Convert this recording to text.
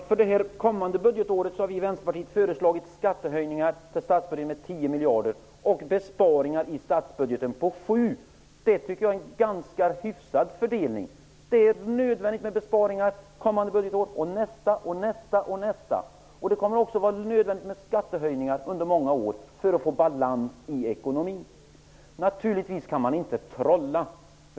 Fru talman! För det kommande budgetåret har vi i Vänsterpartiet förslagit skattehöjningar i statsbudgeten på 10 miljarder och besparingar i statsbudgeten på 7 miljarder. Det är en ganska hyfsad fördelning. Det är nödvändigt med besparingar under de kommande budgetåren. Det kommer också att vara nödvändigt med skattehöjningar under många år för att det skall bli balans i ekonomin. Naturligtvis kan man inte trolla.